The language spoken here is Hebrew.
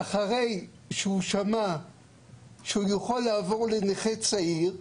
ואחרי שהוא שמע שהוא יכול לעבור לנכה צעיר,